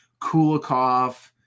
Kulikov